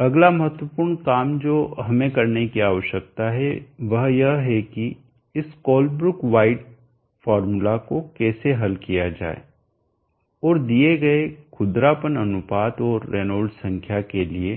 अगला महत्वपूर्ण काम जो हमें करने की आवश्यकता है वह यह है कि इस कोलब्रुक वाइट फार्मूला को कैसे हल किया जाए और दिए गए खुरदरापन अनुपात और रेनॉल्ड्स संख्या के के लिए